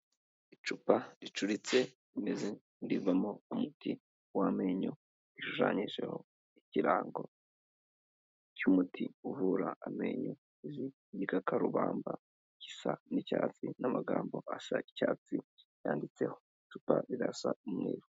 Icupa ricuritse rimeze rivamo umuti w'amenyo ushushanyijeho ikirango cy'umuti uvura amenyo, z'igikakarubamba gisa n'icyatsi n'amagambo asa icyatsi yanditseho icupa rirasa umweru.